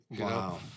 Wow